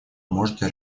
можете